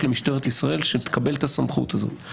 למשטרת ישראל שמקבלת את הסמכות הזאת.